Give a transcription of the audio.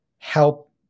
Help